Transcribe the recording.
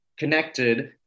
Connected